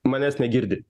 manęs negirdi